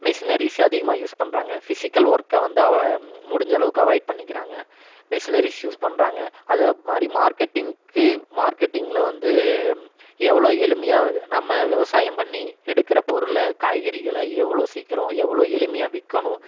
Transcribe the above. machineries அதிகமாக use பண்ணுறாங்க physical ஒர்க்க வந்து அவ முடிஞ்ச அளவுக்கு அவாய்ட் பண்ணிக்கிறாங்க மிஷினரிஸ் யூஸ் பண்ணுறாங்க அதை மாதிரி மார்க்கெட்டிங்க்கு மார்க்கெட்டிங்ல வந்து எவ்வளோ எளிமையாக நம்ம விவசாயம் பண்ணி எடுக்கிற பொருளை காய்கறிகளை எவ்வளோ சீக்கிரம் எவ்வளோ எளிமையாக விற்கணும்